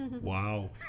Wow